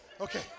Okay